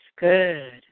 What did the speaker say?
Good